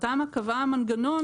התמ"א קבעה מנגנון,